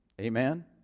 amen